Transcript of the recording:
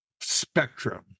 spectrum